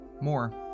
More